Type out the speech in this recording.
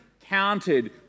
counted